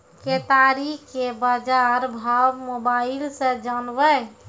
केताड़ी के बाजार भाव मोबाइल से जानवे?